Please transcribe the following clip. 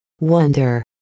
Wonder